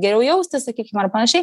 geriau jaustis sakykim ar panašiai